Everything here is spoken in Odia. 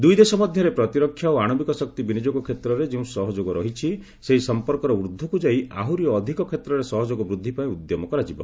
ଦୁଇ ଦେଶ ମଧ୍ୟରେ ପ୍ରତୀରକ୍ଷା ଓ ଆଣବିକ ଶକ୍ତି ବିନିଯୋଗ କ୍ଷେତ୍ରରେ ଯେଉଁ ସହଯୋଗ ରହିଛି ସେହି ସମ୍ପର୍କର ଊର୍ଦ୍ଧ୍ୱକୁ ଯାଇ ଆହୁରି ଅଧିକ କ୍ଷେତ୍ରରେ ସହଯୋଗ ବୃଦ୍ଧି ପାଇଁ ଉଦ୍ୟମ କରାଯିବ